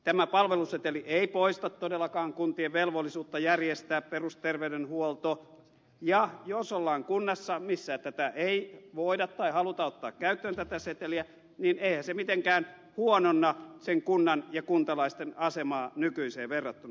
tämä palveluseteli ei poista todellakaan kuntien velvollisuutta järjestää perusterveydenhuolto ja jos ollaan kunnassa missä ei voida tai haluta ottaa käyttöön tätä seteliä niin eihän se mitenkään huononna sen kunnan ja kuntalaisten asemaa nykyiseen verrattuna